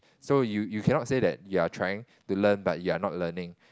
so you you cannot say that you are trying to learn but you are not learning